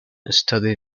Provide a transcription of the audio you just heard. studied